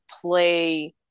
play